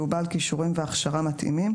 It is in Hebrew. והוא בעל כישורים והכשרה מתאימים,